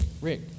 Rick